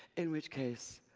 in which case,